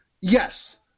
Yes